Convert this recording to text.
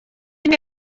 imwe